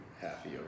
happy